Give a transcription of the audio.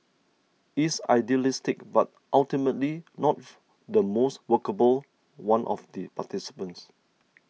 it's idealistic but ultimately not the most workable one of the participants